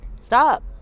Stop